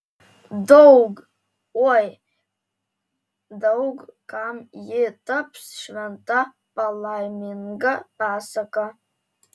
daug oi daug kam ji taps šventa palaiminga pasaka